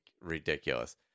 ridiculous